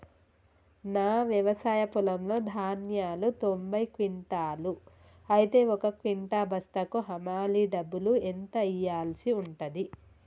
నా వ్యవసాయ పొలంలో ధాన్యాలు తొంభై క్వింటాలు అయితే ఒక క్వింటా బస్తాకు హమాలీ డబ్బులు ఎంత ఇయ్యాల్సి ఉంటది?